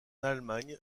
allemagne